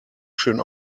schön